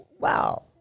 wow